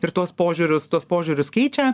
ir tuos požiūrius tuos požiūrius keičia